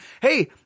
Hey